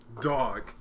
Dog